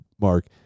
mark